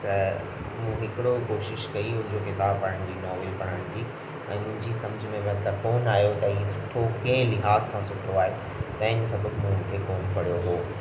त मूं हिकिड़ो कोशिश कई हुई जो किताब पढ़ण जी नॉवल पढ़ण जी ऐं मुंंहिंजी सम्झ में पोइ न आहियो त हीअ सुठो कंहिं लिहाज़ सां सुठो आहे तंहिं सबबु मूं हिन खे कोन पढ़ियो हुओ